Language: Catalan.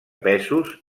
pesos